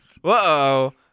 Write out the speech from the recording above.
Whoa